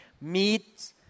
meet